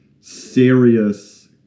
serious